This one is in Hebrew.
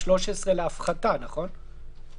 כי זה